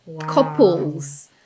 couples